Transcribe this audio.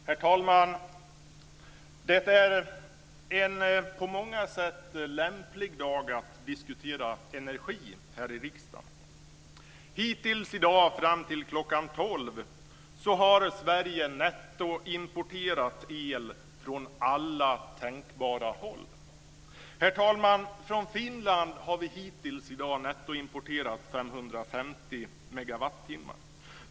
Herr talman! Detta är en på många sätt lämplig dag för att diskutera energi här i riksdagen. Hittills i dag fram tills klockan tolv har Sverige nettoimporterat el från alla tänkbara håll. Från Finland, herr talman, har vi hittills i dag nettoimporterat 550 megawattimmar.